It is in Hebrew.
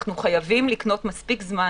אנחנו חייבים לקנות מספיק זמן